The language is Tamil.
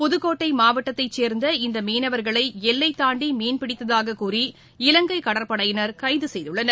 புதுக்கோட்டை மாவட்டத்தைச் சேர்ந்த இந்த மீனவர்களை எல்லை தாண்டி மீன்பிடித்ததாக கூறி இலங்கை கடற்படையினர் கைது செய்துள்ளனர்